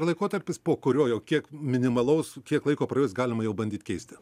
laikotarpis po kurio jau kiek minimalaus kiek laiko praėjus galima jau bandyt keisti